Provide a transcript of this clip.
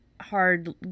hard